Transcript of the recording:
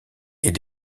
est